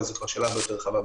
וזו כבר שאלה הרבה יותר רחבה,